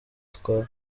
ahitwa